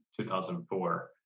2004